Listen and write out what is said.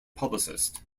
publicist